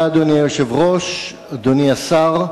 אדוני היושב-ראש, תודה, אדוני השר,